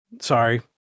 sorry